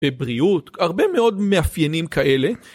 בבריאות הרבה מאוד מאפיינים כאלה.